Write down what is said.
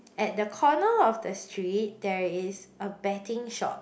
at the corner of the street there is a betting shop